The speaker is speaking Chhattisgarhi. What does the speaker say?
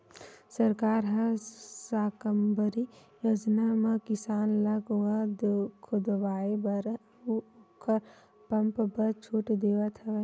सरकार ह साकम्बरी योजना म किसान ल कुँआ खोदवाए बर अउ ओखर पंप बर छूट देवथ हवय